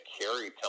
carry